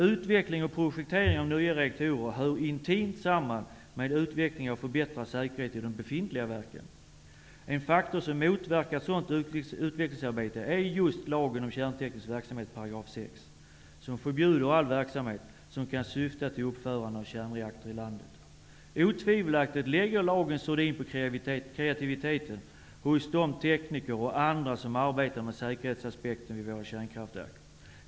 Utveckling och projektering av nya reaktorer hör intimt samman med utveckling av förbättrad säkerhet i de befintliga verken. En faktor som motverkar sådant utvecklingsarbete är just 6 § lagen om kärnteknisk verksamhet, som förbjuder all verksamhet som kan syfta till uppförande av kärnreaktor i landet. Otvivelaktigt lägger lagen sordin på kreativiteten hos de tekniker och andra som arbetar med säkerhetsaspekterna vid våra kärnkraftverk.